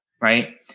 Right